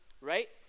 right